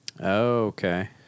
okay